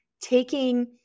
taking